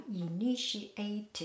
initiated